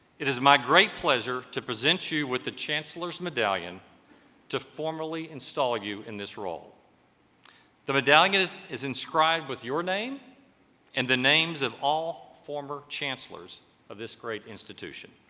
it is my great pleasure to present you with the chancellor's medallion to formally install you in this role the medallion is is inscribed with your name and the names of all former chancellor's of this great institution